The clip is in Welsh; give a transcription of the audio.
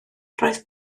roedd